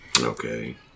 Okay